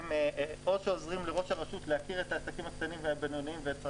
או שעוזרים לראש הרשות להכיר את העסקים הקטנים והבינוניים ואת צרכיהם,